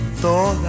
toda